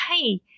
hey